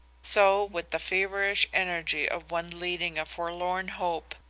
so with the feverish energy of one leading a forlorn hope,